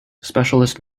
specialist